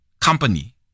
company